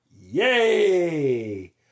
Yay